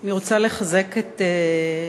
אני רוצה לחזק את חברי,